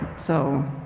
so,